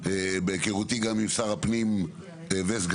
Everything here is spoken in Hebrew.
בהיכרותי עם שר הפנים וסגנו,